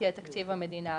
תהיה תקציב המדינה הבא,